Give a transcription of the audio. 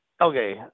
Okay